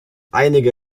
einige